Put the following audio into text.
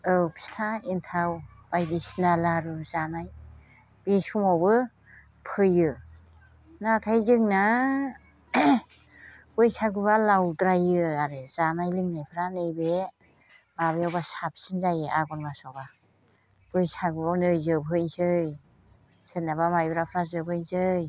औ फिथा एन्थाव बायदिसिना लारु जानाय बे समावबो फैयो नाथाय जोंना बैसागुआ लावद्रायो आरो जानाय लोंनायफ्रा नैबे माबायावबा साबसिन जायो आघन मासआवबा बैसागुआव नै जोबहैसै सोरनाबा माइब्राफ्रा जोबहैसै